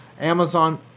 amazon